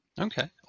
Okay